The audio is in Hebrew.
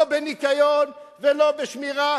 לא בניקיון ולא בשמירה,